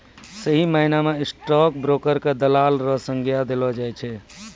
सही मायना म स्टॉक ब्रोकर क दलाल र संज्ञा देलो जाय छै